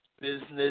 business